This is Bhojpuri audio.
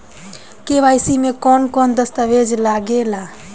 के.वाइ.सी में कवन कवन दस्तावेज लागे ला?